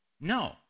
No